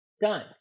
Done